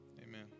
Amen